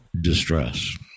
distress